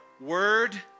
word